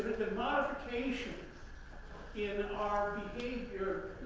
the modification in our behavior,